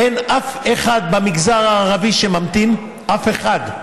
אין אף אחד במגזר הערבי שממתין, אף אחד.